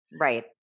Right